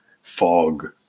fog